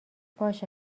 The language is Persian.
باشه